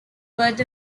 birth